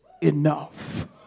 enough